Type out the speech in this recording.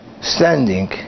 standing